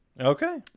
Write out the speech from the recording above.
Okay